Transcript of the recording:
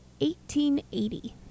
1880